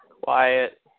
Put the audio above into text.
Quiet